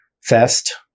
Fest